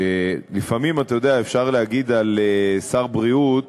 שלפעמים, אתה יודע, אפשר להגיד על שר בריאות